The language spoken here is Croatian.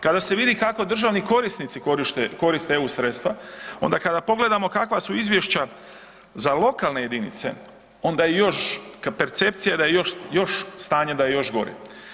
Kada se vidi kako državni korisnici koriste Eu sredstva, onda kada pogledamo kakva su izvješća za lokalne jedinice, onda je još, percepcija je da je još stanje da je još gore.